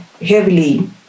heavily